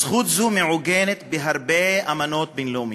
זכות זו מעוגנת בהרבה אמנות בין-לאומיות.